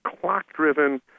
clock-driven